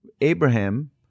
Abraham